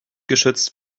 geschützt